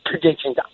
predictions